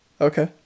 Okay